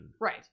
Right